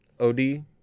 OD